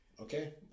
okay